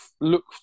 look